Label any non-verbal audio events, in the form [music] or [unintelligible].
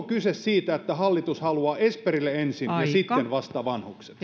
[unintelligible] kyse siitä että hallitus haluaa esperille ensin ja sitten vasta vanhukset [unintelligible]